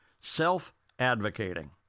Self-advocating